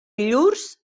llurs